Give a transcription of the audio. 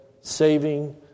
saving